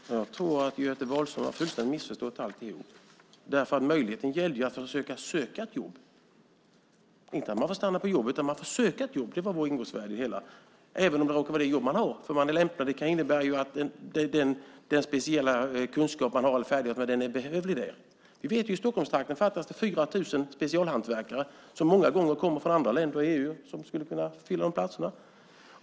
Fru talman! Jag tror att Göte Wahlström fullständigt har missförstått alltihop. Möjligheten gällde ju att man får söka ett jobb, inte att man får stanna på jobbet. Man får söka ett jobb - det var vårt ingångsvärde i det hela - även om det råkar vara det jobb man har. Att man är lämpad kan ju innebära att den speciella kunskap eller färdighet man har är behövlig där. Vi vet att det i Stockholmstrakten fattas 4 000 specialhantverkare. Många gånger skulle människor som kommer från andra länder i EU kunna fylla de platserna.